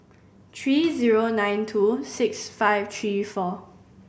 three zero nine two six five three four